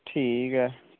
ठीक ऐ